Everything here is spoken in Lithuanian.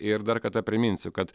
ir dar kartą priminsiu kad